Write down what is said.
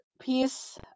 piece